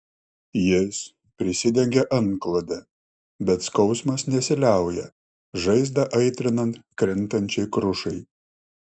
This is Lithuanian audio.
jis prisidengia antklode bet skausmas nesiliauja žaizdą aitrinant krentančiai krušai